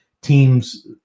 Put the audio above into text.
teams